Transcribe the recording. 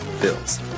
Bills